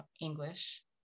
English